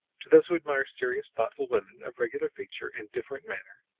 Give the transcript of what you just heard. to those who admire serious, thoughtful women of regular feature and different manner,